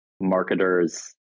marketers